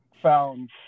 found